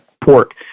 pork